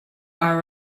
our